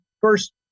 first